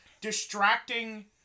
distracting